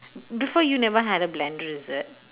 before you never had a blender is it